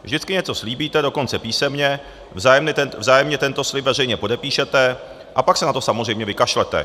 Vždycky něco slíbíte, dokonce písemně, vzájemně tento slib veřejně podepíšete, a pak se na to samozřejmě vykašlete.